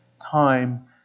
time